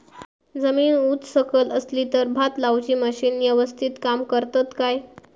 जमीन उच सकल असली तर भात लाऊची मशीना यवस्तीत काम करतत काय?